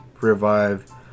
revive